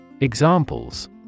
Examples